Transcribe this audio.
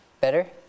Better